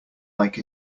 like